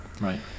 right